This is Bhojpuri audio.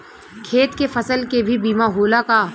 खेत के फसल के भी बीमा होला का?